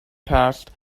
passed